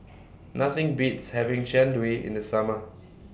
Nothing Beats having Jian Dui in The Summer